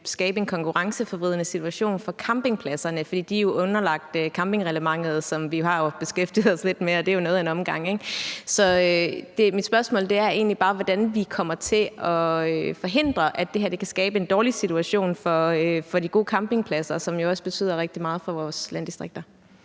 skabe en konkurrenceforvridende situation for campingpladserne, for de er jo underlagt campingreglementet, som vi har beskæftiget os lidt med – og det er jo noget af en omgang, ikke? Så mit spørgsmål er egentlig bare, hvordan vi kan forhindre, at det her kan skabe en dårlig situation for de gode campingpladser, som jo også betyder rigtig meget for vores landdistrikter.